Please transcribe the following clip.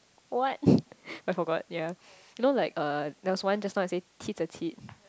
what I forgot ya you know like uh there was one just now you say tete-a-tete